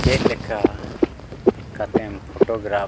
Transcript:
ᱪᱮᱫᱞᱮᱠᱟ ᱠᱟᱛᱮᱢ ᱯᱷᱳᱴᱳᱜᱨᱟᱯᱷ